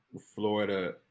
Florida